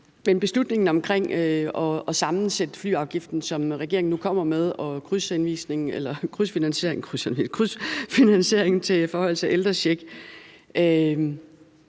Til beslutningen omkring at sammensætte flyafgiften, som regeringen nu kommer med, med krydsfinansiering til forhøjelse af ældrechecken